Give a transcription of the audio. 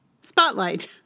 Spotlight